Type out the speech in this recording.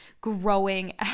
growing